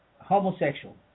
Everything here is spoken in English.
homosexual